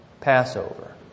Passover